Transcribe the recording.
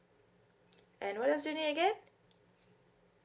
and what else you need again